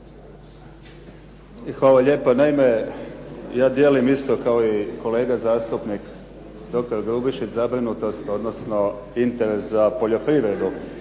Hvala lijepo. Naime, ja dijelim isto kao i kolega zastupnik, dr. Grubišić zabrinutost, interes za poljoprivredu,